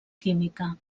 química